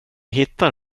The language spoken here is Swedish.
hittar